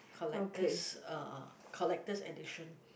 collector's uh collector's edition